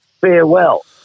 Farewell